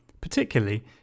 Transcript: particularly